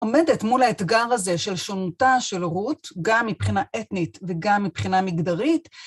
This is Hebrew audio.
עומדת מול האתגר הזה של שונותה, של הורות, גם מבחינה אתנית וגם מבחינה מגדרית.